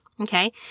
Okay